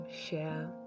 share